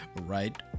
right